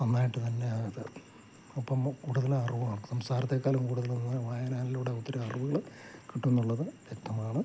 നന്നായിട്ട് തന്നെയാണ് അത് ഒപ്പം കൂടുതൽ അറിവോ സംസാരത്തേക്കാളും കൂടുതൽ വായനയിലൂടെ ഒത്തിരി അറിവുകൾ കിട്ടുമെന്നുള്ളത് വ്യക്തമാണ്